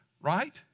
right